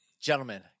Gentlemen